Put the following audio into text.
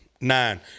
nine